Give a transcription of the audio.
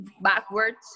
backwards